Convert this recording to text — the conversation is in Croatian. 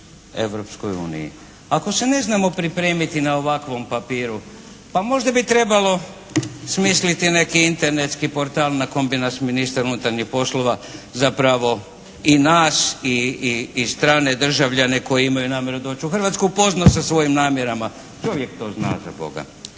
Europskoj uniji. Ako se ne znamo pripremiti na ovakvom papiru, pa možda bi trebalo smisliti neki internetski portal na kojem bi nas ministar unutarnjih poslova zapravo i nas i strane državljane koji imaju namjeru doći u Hrvatsku upoznao sa svojim namjerama, čovjek to zna za Boga.